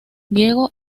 diego